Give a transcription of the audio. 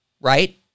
right